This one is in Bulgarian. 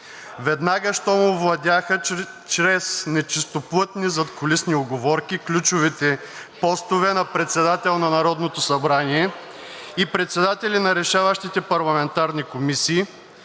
Веднага щом овладяха чрез нечистоплътни, задкулисни уговорки ключовите постове на председател на Народното събрание и председатели на решаващите парламентарни комисии,